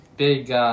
Big